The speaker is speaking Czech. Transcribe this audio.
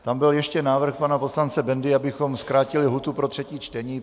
Ještě tam byl návrh pana poslance Bendy, abychom zkrátili lhůtu pro třetí čtení.